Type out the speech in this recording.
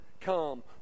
come